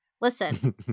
Listen